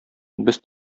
без